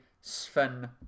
Sven